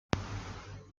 seis